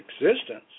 existence